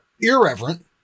irreverent